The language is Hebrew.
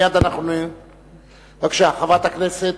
מייד אנחנו, בבקשה, חברת הכנסת.